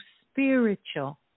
spiritual